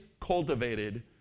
cultivated